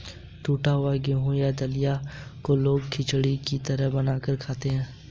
टुटा हुआ गेहूं या दलिया को लोग खिचड़ी की तरह बनाकर खाते है